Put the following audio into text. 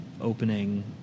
opening